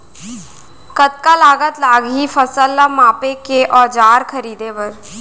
कतका लागत लागही फसल ला मापे के औज़ार खरीदे बर?